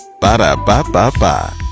Ba-da-ba-ba-ba